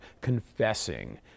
confessing